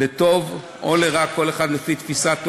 לטוב או לרע, כל אחד לפי תפיסת עולמו,